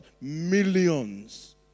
millions